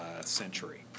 century